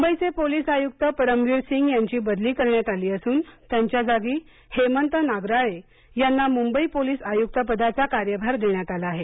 मुंबईचे पोलिस आयुक्त परमविर सिंग यांची बदली करण्यात आली असून त्यांच्या जागी हेमंत नगराळे यांना मुंबई पोलीस आयुक्त पदाचा कार्यभार देण्यात आला आहे